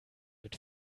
mit